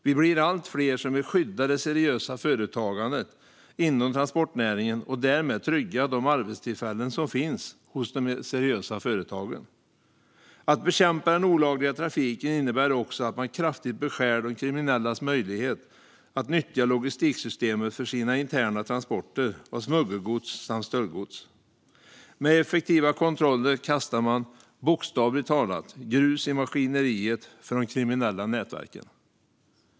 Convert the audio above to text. Vi blir allt fler som vill skydda det seriösa företagandet inom transportnäringen och därmed trygga de arbetstillfällen som finns hos de seriösa företagen. Att bekämpa den olagliga trafiken innebär också att man kraftigt beskär de kriminellas möjlighet att nyttja logistiksystemet för sina interna transporter av smuggelgods och stöldgods. Med effektiva kontroller kastar man grus i maskineriet för de kriminella nätverken.